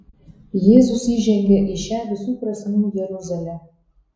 jėzus įžengia į šią visų prasmių jeruzalę